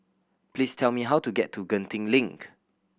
please tell me how to get to Genting Link